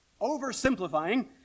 Oversimplifying